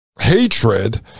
hatred